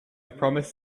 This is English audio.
promised